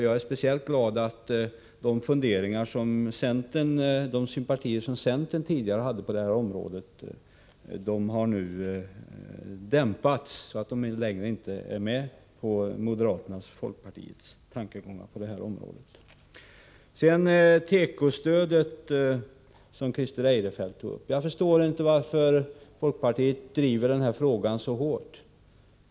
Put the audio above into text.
Jag är speciellt glad över att de sympatier som centern tidigare hade i detta avseende nu har dämpats, så att centern inte längre är med på moderaternas och folkpartiets tankegångar. Christer Eirefelt tog också upp tekostödet. Jag förstår inte varför folkpartiet driver denna fråga så hårt.